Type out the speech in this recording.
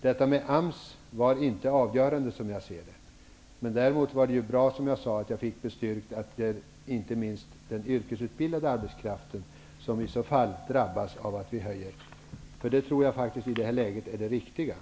Som jag ser det var detta med AMS inte avgörande. Däremot var det bra, som jag sade, att jag fick bestyrkt att inte minst den yrkesutbildade arbetskraften skulle drabbas av att vi höjer pensionsåldern. Det tror jag faktiskt stämmer i det här läget.